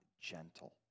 gentle